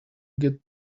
get